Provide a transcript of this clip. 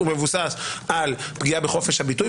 הוא מבוסס על פגיעה בחופש הביטוי,